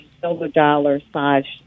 silver-dollar-sized